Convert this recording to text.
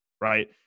right